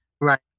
right